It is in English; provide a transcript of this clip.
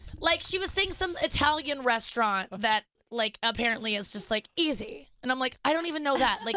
like she was saying some italian restaurant that like apparently is just like, easy. and i'm like, i don't even know that. like